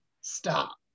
stop